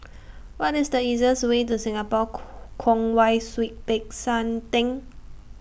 What IS The easiest Way to Singapore Kwong Wai Siew Peck San Theng